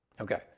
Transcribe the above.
Okay